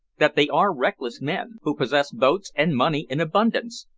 that they are reckless men, who possess boats and money in abundance,